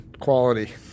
Quality